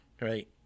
right